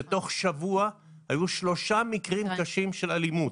שתוך שבוע היו שלושה מקרים קשים של אלימות.